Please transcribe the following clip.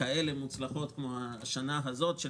כאלה מוצלחות כמו השנה הזאת,